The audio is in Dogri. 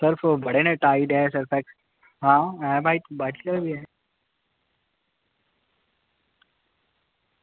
साढ़े कोल बड़े न टाईड ऐ सर्फ एक्सल आं व्हाईट दा बी ऐ